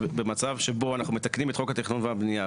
במצב שבו אנחנו מתקנים את חוק התכנון והבנייה,